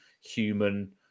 human